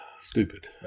Stupid